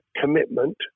commitment